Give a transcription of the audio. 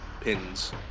pins